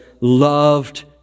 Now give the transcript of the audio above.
loved